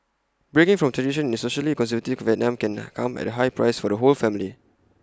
breaking from tradition in socially conservative Vietnam can come at A high price for the whole family